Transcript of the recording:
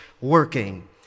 working